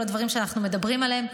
כל הדברים שאנחנו מדברים עליהם.